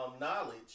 knowledge